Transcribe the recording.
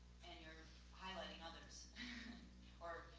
and you're highlighting others or,